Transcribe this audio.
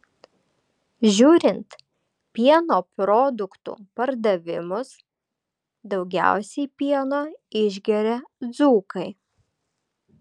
žiūrint pieno produktų pardavimus daugiausiai pieno išgeria dzūkai